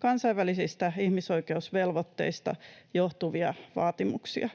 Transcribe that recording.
kansainvälisistä ihmisoikeusvelvoitteista johtuvia vaatimuksia.